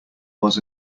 was